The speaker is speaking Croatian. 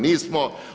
Nismo.